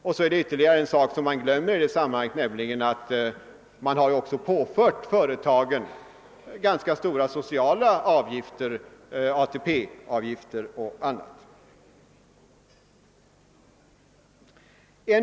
Något som man dessutom inte får glömma i detta sammanhang är att företagen påförts ganska stora sociala avgifter, bl.a. ATP-avgifterna.